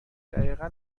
دقیقا